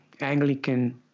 Anglican